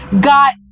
got